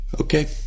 Okay